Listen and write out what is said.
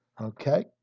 Okay